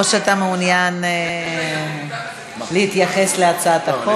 או שאתה מעוניין להתייחס להצעת החוק,